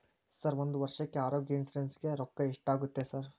Sir ಒಂದು ವರ್ಷಕ್ಕೆ ಆರೋಗ್ಯ ಇನ್ಶೂರೆನ್ಸ್ ಗೇ ರೊಕ್ಕಾ ಎಷ್ಟಾಗುತ್ತೆ ಸರ್?